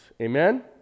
Amen